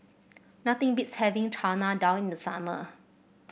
nothing beats having Chana Dal in the summer